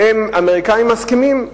והם, האמריקנים, מסכימים,